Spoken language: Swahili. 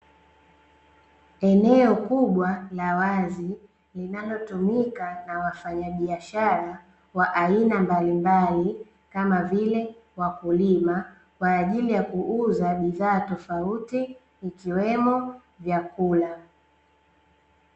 Eneo kubwa la wazi linalotumika na wafanyabiashara wa aina mbalimbali kama vile wakulima kwa ajili ya kuuza bidhaa tofauti ikiwemo vyakula.